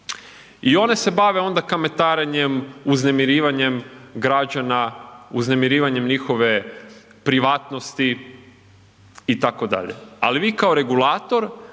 i one se bave onda kamatarenjem uznemirivanjem građana, uznemirivanjem njihove privatnosti itd., ali vi kao regulator